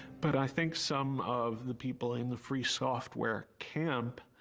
but i think some of the people in the free software camp.